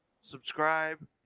subscribe